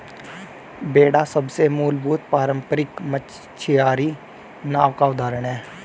बेड़ा सबसे मूलभूत पारम्परिक मछियारी नाव का उदाहरण है